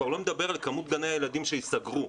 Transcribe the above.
על כמות גני ילדים שייסגרו,